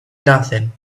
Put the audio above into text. nothing